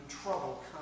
Trouble